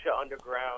Underground